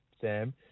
Sam